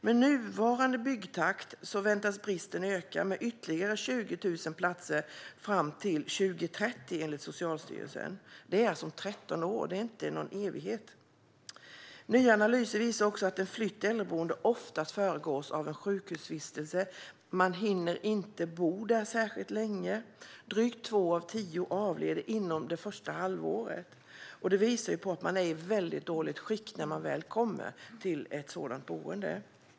Med nuvarande byggtakt väntas bristen öka med ytterligare 20 000 platser fram till 2030, enligt Socialstyrelsen. Det är alltså om 13 år - det rör sig inte om någon evighet. Nya analyser visar också att en flytt till äldreboende oftast föregås av en sjukhusvistelse. Man hinner inte bo där särskilt länge - drygt två av tio avled inom det första halvåret, vilket visar på att man är i väldigt dåligt skick när man väl kommer till ett sådant boende.